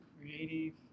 creative